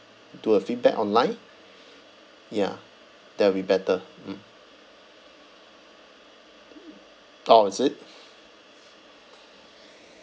do a feedback online ya that will be better mm orh is it